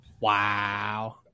Wow